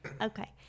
Okay